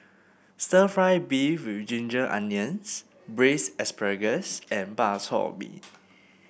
stir fry beef with Ginger Onions Braised Asparagus and Bak Chor Mee